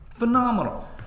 Phenomenal